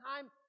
time